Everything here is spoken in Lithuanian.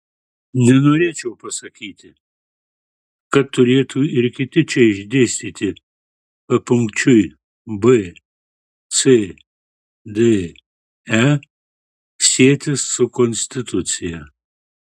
nenorėčiau pasakyti kad turėtų ir kiti čia išdėstyti papunkčiui b c d e sietis su konstitucija